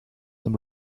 them